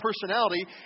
personality